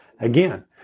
again